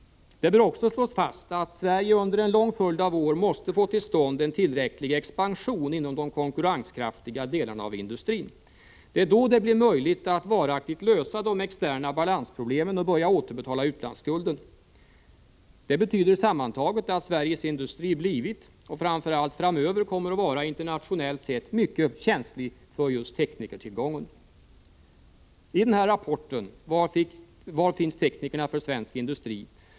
Det bör också slås fast, att Sverige under en lång följd av år måste få till stånd en tillräcklig expansion inom de konkurrenskraftiga delarna av industrin. Det är då det blir möjligt att varaktigt lösa de externa balansproblemen och börja återbetala utlandsskulden. Detta betyder sammantaget att Sveriges industri har blivit och framför allt framöver kommer att vara internationellt sett mycket känslig för just teknikertillgången. I rapporten Var finns teknikerna för svensk industri?